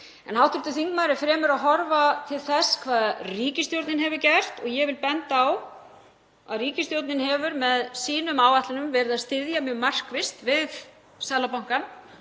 Hv. þingmaður er fremur að horfa til þess hvað ríkisstjórnin hefur gert. Ég vil benda á að ríkisstjórnin hefur með sínum áætlunum verið að styðja mjög markvisst við Seðlabankann.